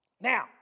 Now